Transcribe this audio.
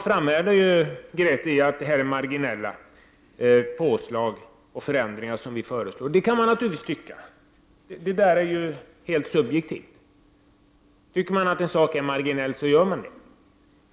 Grethe Lundblad framhärdar i att vi föreslår marginella påslag och förändringar. Det kan man naturligtvis tycka. Det är helt subjektivt. Tycker man att en sak är marginell, så gör man det.